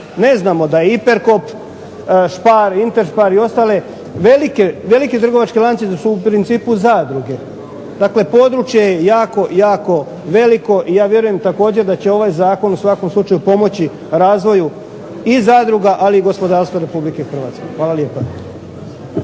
ne znam da Iperkop, SPAR, Interspar, veliki trgovački lanci su u principu zadruge. Dakle, područje je jako, jako veliko i ja vjerujem također da će ovaj zakon u svakom slučaju pomoći razvoju i zadruga ali i gospodarstva Republike Hrvatske. Hvala lijepa.